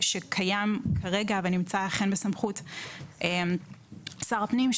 שקיים כרגע ונמצא אכן בסמכות שר הפנים,